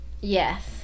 Yes